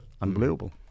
unbelievable